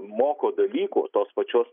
moko dalykų tos pačios